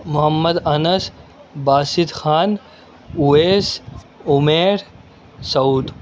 Muhammad Anas Basit Khan Owais Umair Saud